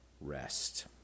rest